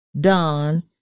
dawn